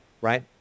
Right